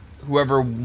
whoever